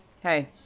hey